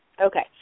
Okay